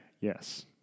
Yes